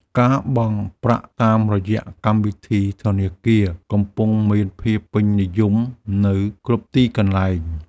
ការបង់ប្រាក់តាមរយៈកម្មវិធីធនាគារ កំពុងមានភាពពេញនិយមនៅគ្រប់ទីកន្លែង។